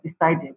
decided